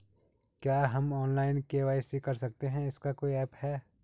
क्या हम online KYC कर सकते हैं इसका कोई ऐप है?